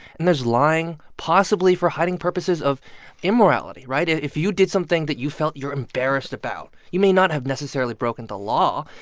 and there's lying possibly for hiding purposes of immorality, right? if you did something that you felt you're embarrassed about, you may not have necessarily broken the law.